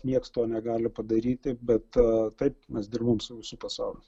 nieks to negali padaryti bet taip mes dirbam su visu pasauliu